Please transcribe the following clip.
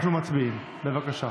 אנחנו מצביעים, בבקשה.